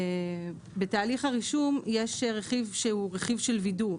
בתהליך הרישום יש רכיב שהוא רכיב של ווידוא.